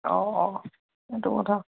অঁ অঁ সেইটো কথা